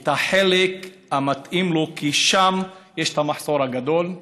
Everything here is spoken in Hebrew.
את החלק המתאים לו, כי שם יש את המחסור הגדול.